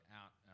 out